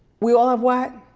we all have what?